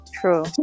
true